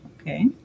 okay